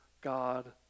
God